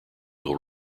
will